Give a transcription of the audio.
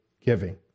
giving